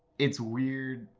it's weird